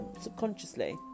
subconsciously